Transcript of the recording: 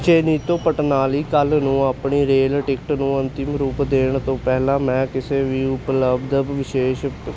ਚੇਨਈ ਤੋਂ ਪਟਨਾ ਲਈ ਕੱਲ੍ਹ ਨੂੰ ਆਪਣੀ ਰੇਲ ਟਿਕਟ ਨੂੰ ਅੰਤਿਮ ਰੂਪ ਦੇਣ ਤੋਂ ਪਹਿਲਾਂ ਮੈਂ ਕਿਸੇ ਵੀ ਉਪਲਬਧ ਵਿਸ਼ੇਸ਼